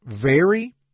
vary